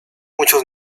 muchos